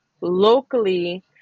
locally